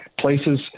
places